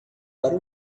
para